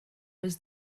was